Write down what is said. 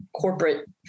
corporate